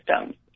systems